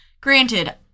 granted